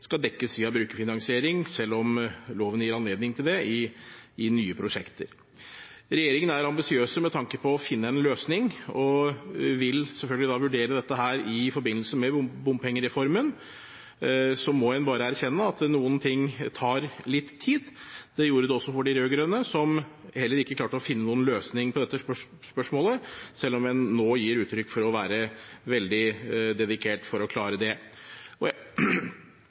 skal dekkes via brukerfinansiering, selv om loven gir anledning til det i nye prosjekter. Regjeringen er ambisiøs med tanke på å finne en løsning og vil selvfølgelig da vurdere dette i forbindelse med bompengereformen. Så må en bare erkjenne at noen ting tar litt tid. Det gjorde det også for de rød-grønne, som heller ikke klarte å finne noen løsning på dette spørsmålet, selv om en nå gir uttrykk for å være veldig dedikert for å klare det. Jeg kan forsikre om at både Buskerud Fremskrittspartis stortingsrepresentanter og